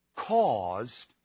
caused